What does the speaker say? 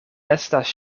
estas